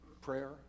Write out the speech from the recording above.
prayer